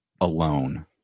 alone